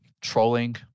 trolling